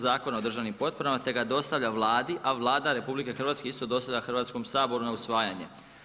Zakona o državnim potporama te ga dostavlja Vladi, a Vlada RH isto dostavlja Hrvatskom saboru na usvajanje.